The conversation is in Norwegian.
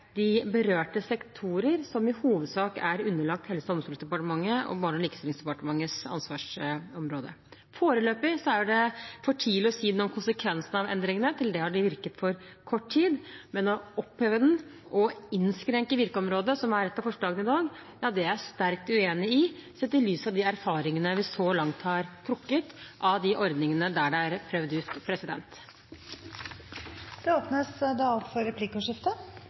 de berørte sektorene, som i hovedsak er underlagt Helse- og omsorgsdepartementets og Barne- og likestillingsdepartementets ansvarsområde. Foreløpig er det for tidlig å si noe om konsekvensene av endringene, til det har de virket i for kort tid. Men å oppheve den og innskrenke virkeområdet, som er et av forslagene i dag, er jeg sterkt uenig i, sett i lys av de erfaringene vi så langt har trukket av de ordningene der det er prøvd ut.